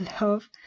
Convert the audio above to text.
love